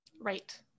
right